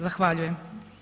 Zahvaljujem.